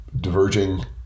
diverging